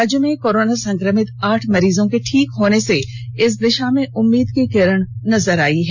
राज्य में कोरोना संक्रमित आठ मरीजों के ठीक होने से इस दिशा में उम्मीद की किरण नजर आई है